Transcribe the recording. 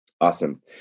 Awesome